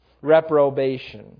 Reprobation